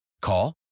Call